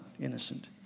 innocent